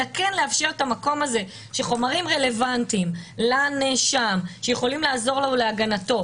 אלא לאפשר את המקום הזה שחומרים רלוונטיים לנאשם שיכולים לעזור להגנתו,